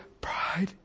pride